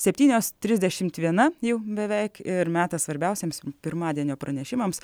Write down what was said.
septynios trisdešimt viena jau beveik ir metas svarbiausiems pirmadienio pranešimams